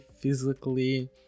physically